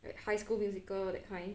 like high school musical that kind